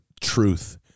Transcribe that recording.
truth